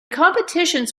competitions